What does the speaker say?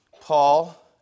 Paul